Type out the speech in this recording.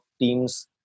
teams